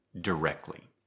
directly